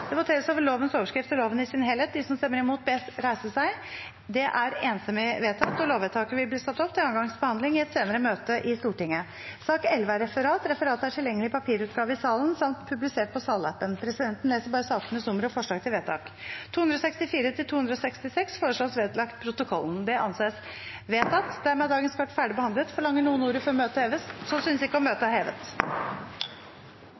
Det voteres over lovens overskrift og loven i sin helhet. Lovvedtaket vil bli ført opp til andre gangs behandling i et senere møte i Stortinget. Dermed er dagens kart ferdig behandlet. Forlanger noen ordet før møtet heves? – Møtet